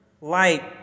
light